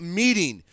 meeting